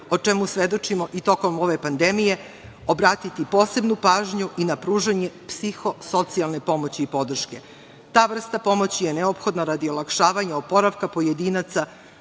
o čemu svedočimo i tokom ove pandemije, obratiti posebnu pažnju i na pružanje psiho-socijalne pomoći podrške. Ta vrsta pomoći je neophodna radi olakšavanja oporavka pojedinaca